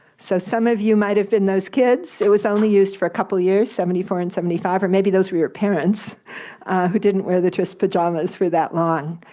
so some of you might have been those kids. it was only used for a couple years, seventy four and seventy five, or maybe those were your parents who didn't wear the tris pajamas for that long.